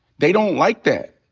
they don't like that.